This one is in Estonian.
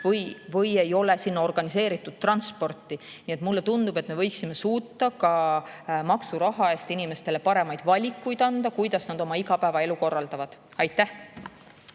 või ei ole sinna organiseeritud transporti. Nii et mulle tundub, et me võiksime suuta maksuraha eest inimestele paremaid valikuid [pakkuda], kuidas nad oma igapäevaelu korraldavad. Aitäh!